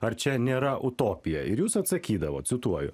ar čia nėra utopija ir jūs atsakydavot cituoju